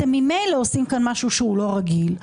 אתם ממילא עושים כאן משהו שהוא לא רגיל.